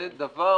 זה דבר